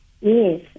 Yes